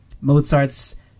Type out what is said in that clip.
Mozart's